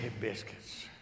biscuits